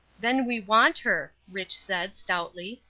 then we want her, rich. said, stoutly.